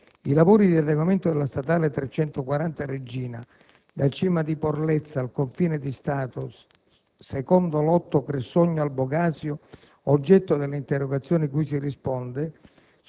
I lavori di adeguamento della statale 340 "Regina" da Cima di Porlezza al confine di Stato - 2° lotto Cressogno-Albogasio oggetto delle interrogazioni cui si risponde